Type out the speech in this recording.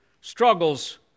struggles